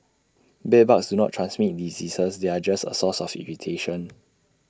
bedbugs do not transmit diseases they are just A source of irritation